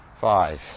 five